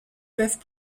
peuvent